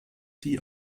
die